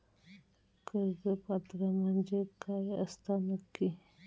कर्ज पात्र म्हणजे काय असता नक्की?